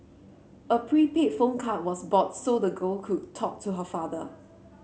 a prepaid phone card was bought so the girl could talk to her father